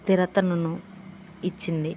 స్థిరతను ఇచ్చింది